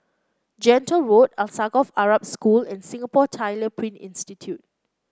Gentle Road Alsagoff Arab School and Singapore Tyler Print Institute